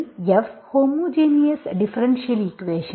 homogeneous differential equation